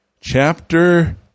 Chapter